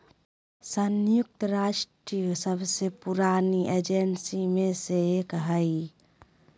संयुक्त राष्ट्र सबसे पुरानी एजेंसी में से एक हइ